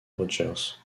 rogers